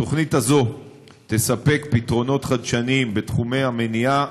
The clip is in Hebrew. התוכנית הזאת תספק פתרונות חדשניים בתחומי המניעה,